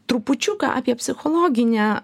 trupučiuką apie psichologinę